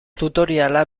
tutoriala